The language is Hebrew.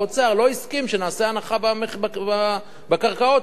לא הסכים שנעשה הנחה בקרקעות האלה.